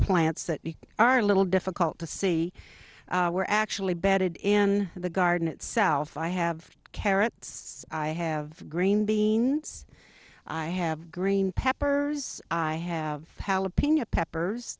plants that are a little difficult to see were actually bedded in the garden itself i have carrots i have green beans i have green peppers i have jalapeno peppers